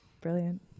brilliant